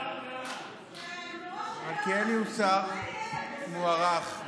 מלכיאלי הוא שר מוערך,